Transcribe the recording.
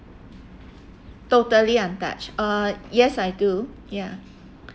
totally untouched uh yes I do ya